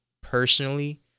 personally